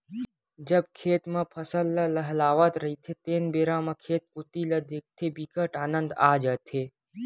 जब खेत म फसल ल लहलहावत रहिथे तेन बेरा म खेत कोती ल देखथे बिकट आनंद आ जाथे